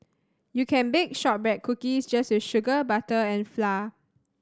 you can bake shortbread cookies just with sugar butter and flour